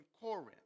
Corinth